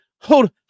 Hold